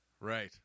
Right